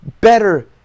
better